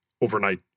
overnight